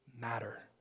matter